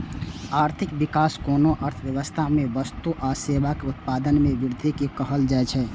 आर्थिक विकास कोनो अर्थव्यवस्था मे वस्तु आ सेवाक उत्पादन मे वृद्धि कें कहल जाइ छै